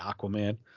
Aquaman